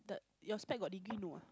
your spec got degree no ah